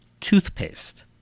toothpaste